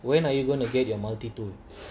when are you gonna get your multi tool